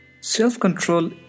Self-control